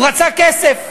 הוא רצה כסף.